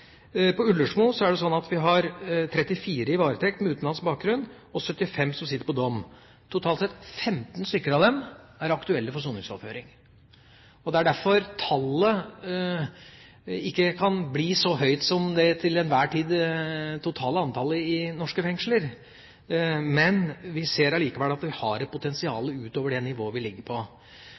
På Ullersmo har vi 34 med utenlandsk bakgrunn i varetekt, og 75 som sitter på dom. Totalt sett er 15 av dem aktuelle for soningsoverføring. Det er derfor tallet ikke kan bli så høyt som det til enhver tid totale antallet i norske fengsler, men vi ser allikevel at vi har et potensial utover det nivået vi ligger på.